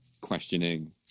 questioning